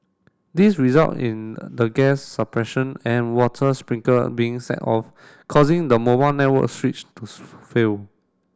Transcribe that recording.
this result in the gas suppression and water sprinkler being set off causing the mobile network switch to fail